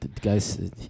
guys